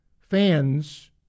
fans